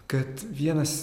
kad vienas